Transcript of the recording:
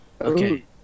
Okay